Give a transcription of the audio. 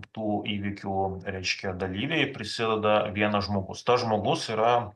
tų įvykių reiškia dalyviai prisideda vienas žmogus tas žmogus yra